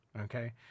okay